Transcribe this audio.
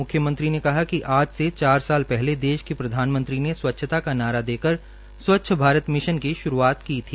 मुख्यमंत्री ने कहा कि आज से चार साल पहले देश के प्रधानमंत्री ने स्वच्छता का नारा देकर स्वच्छ भारत मिशन के श्रूआत की थी